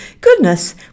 Goodness